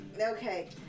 Okay